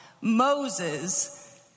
Moses